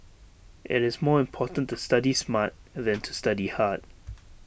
IT is more important to study smart than to study hard